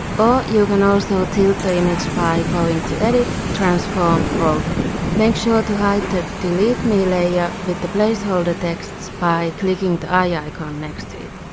or, you can also tilt the image by going to edit transform rotate. make sure to hide the delete me layer with the placeholder texts by clicking the eye icon next to it.